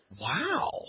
Wow